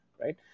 right